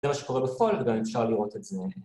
זה מה שקורה בפועל וגם אפשר לראות את זה.